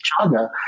chaga